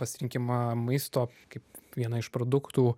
pasirinkimą maisto kaip vieną iš produktų